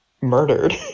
murdered